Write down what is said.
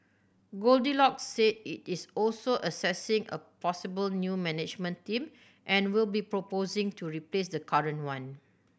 goldilocks said it is also assessing a possible new management team and will be proposing to replace the current one